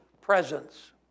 presence